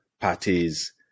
parties